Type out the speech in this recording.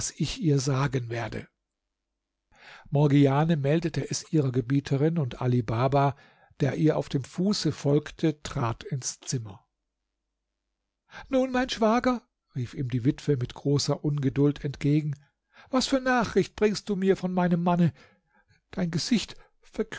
ich ihr sagen werde morgiane meldete es ihrer gebieterin und ali baba der ihr auf dem fuße folgte trat ins zimmer nun mein schwager rief ihm die witwe mit großer ungeduld entgegen was für nachricht bringst du mir von meinem manne dein gesicht